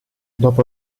dopo